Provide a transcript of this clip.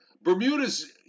bermuda's